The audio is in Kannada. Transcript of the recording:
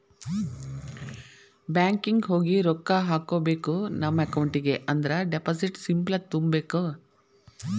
ಬ್ಯಾಂಕಿಂಗ್ ಹೋಗಿ ರೊಕ್ಕ ಹಾಕ್ಕೋಬೇಕ್ ನಮ ಅಕೌಂಟಿಗಿ ಅಂದ್ರ ಡೆಪಾಸಿಟ್ ಸ್ಲಿಪ್ನ ತುಂಬಬೇಕ್